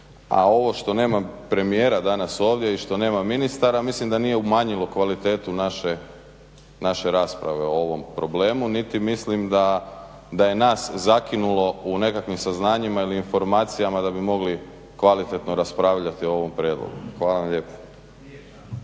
A ovo što nema premijera danas ovdje i što nema ministara mislim da nije umanjilo kvalitetu naše rasprave o ovom problemu, niti mislim da je nas zakinulo u nekakvim saznanjima ili informacijama da bi mogli kvalitetno raspravljati o ovom prijedlogu. Hvala vam lijepo.